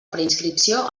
preinscripció